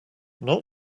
not